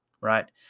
right